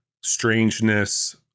strangeness